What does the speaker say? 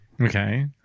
Okay